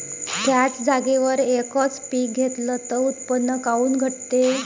थ्याच जागेवर यकच पीक घेतलं त उत्पन्न काऊन घटते?